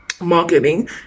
marketing